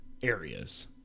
areas